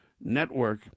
network